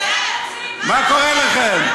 מה קורה לכן?